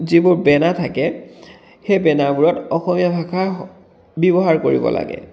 যিবোৰ বেনাৰ থাকে সেই বেনাৰবোৰত অসমীয়া ভাষা ব্যৱহাৰ কৰিব লাগে